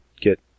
get